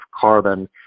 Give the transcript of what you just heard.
carbon